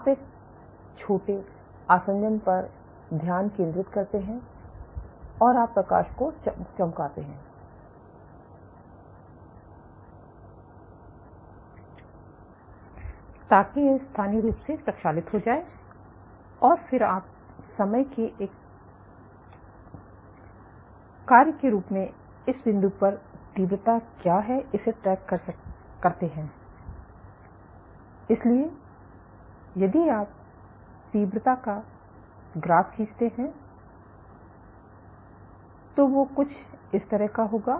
आप एक छोटे आसंजन पर ध्यान केंद्रित करते हैं और आप प्रकाश को चमकाते हैं ताकि यह स्थानीय रूप से प्रक्षालित हो जाए और फिर आप समय के एक कार्य के रूप में इस बिंदु पर तीव्रता क्या है इसे ट्रैक करते हैं इसलिए यदि आप तीव्रता का ग्राफ खींचते है तो वो कुछ इस तरह का होगा